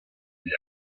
gli